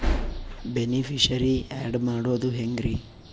Beneficiary, add ಮಾಡೋದು ಹೆಂಗ್ರಿ?